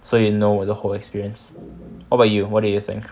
so you know the whole experience how about you what do you think